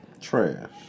trash